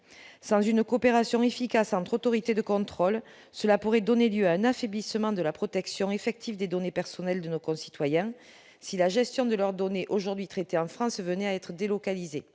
Sans une coopération efficace entre autorités de contrôles, cela pourrait donner lieu à un affaiblissement de la protection effective des données personnelles de nos concitoyens, si la gestion de leurs données aujourd'hui traitées en France venait à être délocalisée.